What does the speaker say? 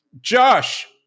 Josh